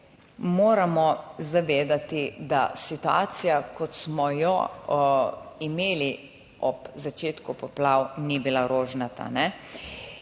moramo zavedati, da situacija, kot smo jo imeli ob začetku poplav ni bila rožnata.